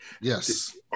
Yes